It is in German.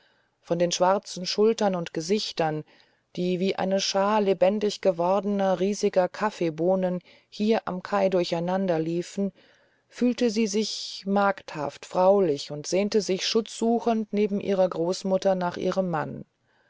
von schwarzen schultern und gesichtern die wie eine schar lebendiggewordener riesiger kaffeebohnen hier am kai durcheinanderliefen fühlte sie sich magdhaft fraulich und sehnte sich schutzsuchend neben ihrer großmutter nach ihrem mann